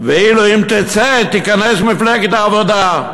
ואם היא תצא, תיכנס מפלגת העבודה,